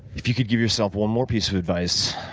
if you could give yourself one more piece of advice,